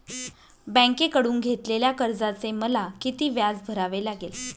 बँकेकडून घेतलेल्या कर्जाचे मला किती व्याज भरावे लागेल?